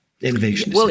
innovation